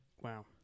Wow